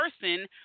person